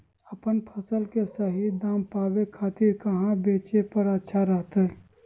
अपन फसल के सही दाम पावे खातिर कहां बेचे पर अच्छा रहतय?